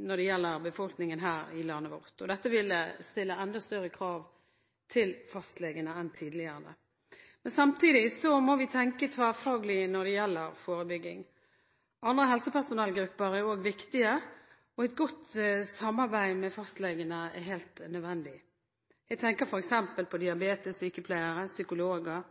blant befolkningen her i landet, og dette vil stille enda større krav til fastlegene enn tidligere. Men samtidig må vi tenke tverrfaglig når det gjelder forebygging. Andre helsepersonellgrupper er òg viktige, og et godt samarbeid med fastlegene er helt nødvendig. Jeg tenker f.eks. på